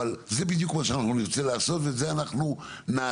אבל זה בדיוק מה שאנחנו נרצה לעשות ואת זה אנחנו נעשה.